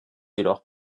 jedoch